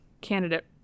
candidate